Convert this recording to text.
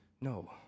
No